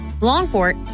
Longport